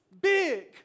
big